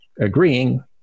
agreeing